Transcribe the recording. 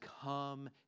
come